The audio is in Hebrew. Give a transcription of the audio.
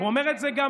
הוא אומר את זה גם.